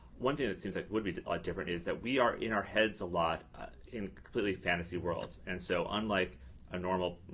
one thing that seems like it would be different is that we are in our heads a lot in completely fantasy worlds. and so unlike a normal,